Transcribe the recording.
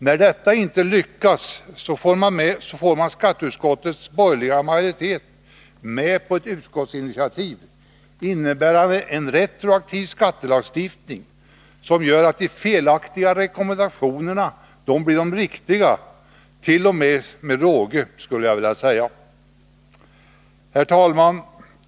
När detta inte lyckas får man skatteutskottets borgerliga majoritet med på att ta ett utskottsinitiativ, innebärande en retroaktiv skattelagstiftning, som gör att de felaktiga rekommendationerna blir de riktiga, t.o.m. med råge, så att säga. Herr talman!